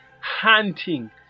hunting